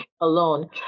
alone